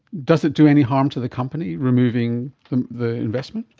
does it do any harm to the company, removing the the investment?